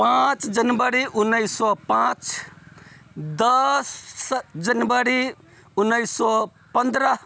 पाँच जनवरी उन्नैस सए पाँच दस स जनवरी उन्नैस सए पन्द्रह